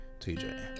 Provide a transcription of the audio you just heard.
TJ